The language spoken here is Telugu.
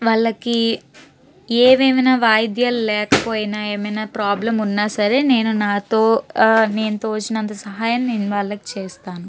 వాళ్ళకి ఏవేమైనా వాయిద్యాలు లేకపోయినా ఏమన్నా ప్రాబ్లెమ్ ఉన్నా సరే నేను నాతో నేను తోచినంత సహాయం నేను వాళ్ళకి చేస్తాను